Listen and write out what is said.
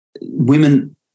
women